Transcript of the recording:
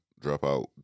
Dropout